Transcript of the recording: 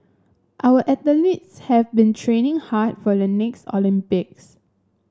our athletes have been training hard for the next Olympics